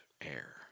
air